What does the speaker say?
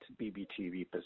BBTV